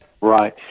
Right